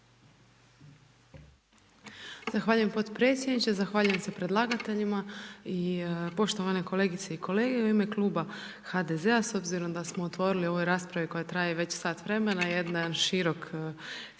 Zahvaljujem potpredsjedniče, zahvaljujem se predlagateljima i poštovane kolegice i kolege i u ime Kluba HDZ-a s obzirom da smo otvorili u ovoj raspravi koja traje već sat vremena jedan širok spektar